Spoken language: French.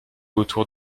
autour